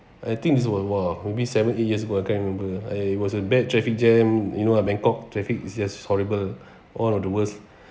I think it's worthwhile maybe seven eight years ago I can't remember uh it was a bad traffic jam you know ah bangkok traffic is just horrible all of the worst